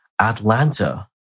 Atlanta